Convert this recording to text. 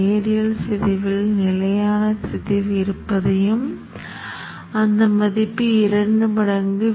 இப்போது பாசிட்டிவ்வை பாசிட்டிவ் ஆக மின்னோட்டம் பாயும் வகையில் கொடுத்துள்ளேன்